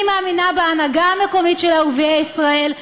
אני מאמינה בהנהגה המקומית של ערביי ישראל,